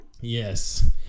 yes